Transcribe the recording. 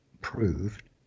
proved